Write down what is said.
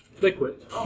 Liquid